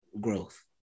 growth